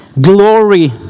glory